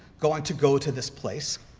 going to go to this place,